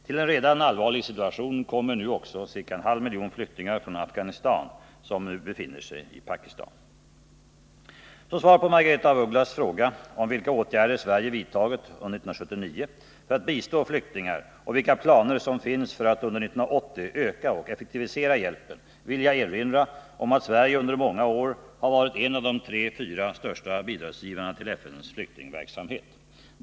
Till en redan allvarlig situation kommer nu också ca en halv miljon flyktingar från Afghanistan som nu befinner sig i Pakistan. Som svar på Margaretha af Ugglas fråga, om vilka åtgärder Sverige vidtagit under 1979 för att bistå flyktingar och vilka planer som finns för att under 1980 öka och effektivisera hjälpen, vill jag erinra om att Sverige under många år har varit en av de tre fyra största bidragsgivarna till FN:s flyktingverksamhet.